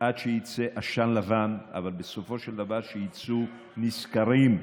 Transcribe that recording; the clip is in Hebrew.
עד שיצא עשן לבן, אבל בסופו של דבר שיצאו נשכרים,